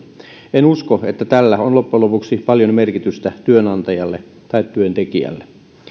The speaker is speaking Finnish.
en usko että tällä on loppujen lopuksi paljon merkitystä työnantajalle tai työntekijälle